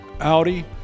Audi